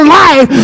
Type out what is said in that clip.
life